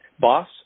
boss